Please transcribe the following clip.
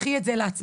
קחי את זה לעצמך,